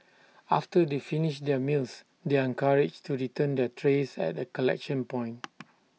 after they finish their meals they are encouraged to return their trays at A collection point